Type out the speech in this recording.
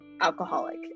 alcoholic